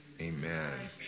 amen